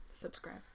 subscribe